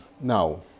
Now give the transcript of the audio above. Now